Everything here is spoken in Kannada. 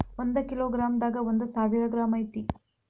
ಒಂದ ಕಿಲೋ ಗ್ರಾಂ ದಾಗ ಒಂದ ಸಾವಿರ ಗ್ರಾಂ ಐತಿ